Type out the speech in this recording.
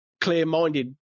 clear-minded